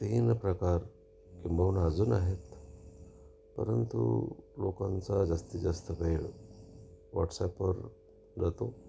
तीन प्रकार किंबहुना अजून आहेत परंतु लोकांचा जास्तीत जास्त वेळ व्हॉट्सॲपवर जातो